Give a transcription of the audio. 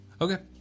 Okay